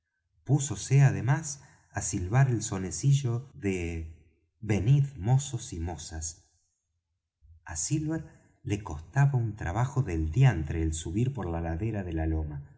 arena púsose además á silbar el sonecillo de venid mozos y mozas á silver le costaba un trabajo del diantre el subir por la ladera de la loma